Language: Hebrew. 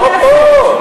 לא פה.